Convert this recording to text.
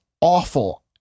awful